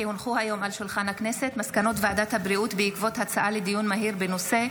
כי הצעת חוק לתיקון פקודת הרוקחים (מס' 38),